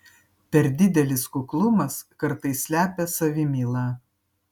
per didelis kuklumas kartais slepia savimylą